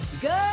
good